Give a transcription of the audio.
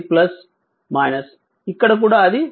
అది ఇక్కడ కూడా అది